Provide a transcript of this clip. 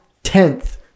tenth